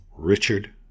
Richard